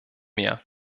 mehr